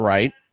Right